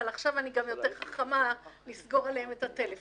אבל עכשיו אני גם יותר חכמה לסגור להם את הטלפון.